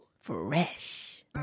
Fresh